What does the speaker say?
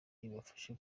ibafashe